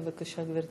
בבקשה, גברתי.